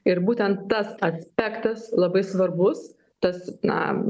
ir būtent tas aspektas labai svarbus tas na